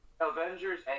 Avengers